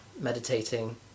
meditating